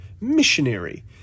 missionary